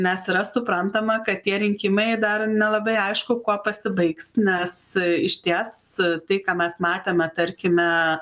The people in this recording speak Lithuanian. nes yra suprantama kad tie rinkimai dar nelabai aišku kuo pasibaigs nes išties tai ką mes matėme tarkime